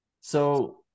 So-